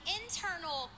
internal